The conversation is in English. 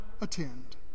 attend